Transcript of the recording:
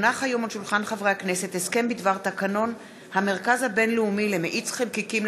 הסכם בדבר תקנון המרכז הבין-לאומי למאיץ חלקיקים